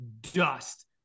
dust